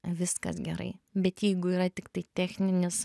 viskas gerai bet jeigu yra tiktai techninis